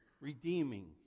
redeeming